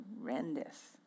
horrendous